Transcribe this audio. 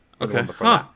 Okay